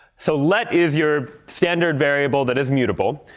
so let is your standard variable that is mutable.